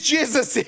Jesus